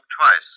twice